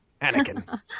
Anakin